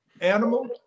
Animal